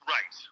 Right